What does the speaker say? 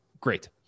Great